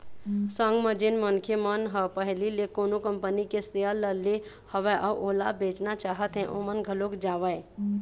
संग म जेन मनखे मन ह पहिली ले कोनो कंपनी के सेयर ल ले हवय अउ ओला बेचना चाहत हें ओमन घलोक जावँय